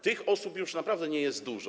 Tych osób już naprawdę nie jest dużo.